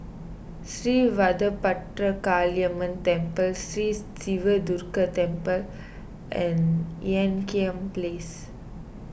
Sri Vadapathira Kaliamman Temple Sri Siva Durga Temple and Ean Kiam Place